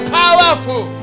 powerful